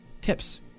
Tips